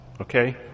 Okay